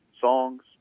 songs